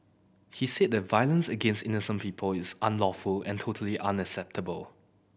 he said that violence against innocent people is unlawful and totally unacceptable